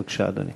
בבקשה, אדוני.